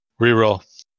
reroll